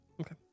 Okay